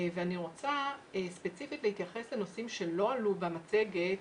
ואני רוצה ספציפית להתייחס לנושאים שלא עלו במצגת,